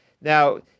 Now